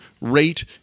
rate